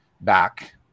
back